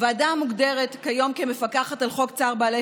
הוועדה המוגדרת כיום כמפקחת על חוק צער בעלי